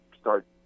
start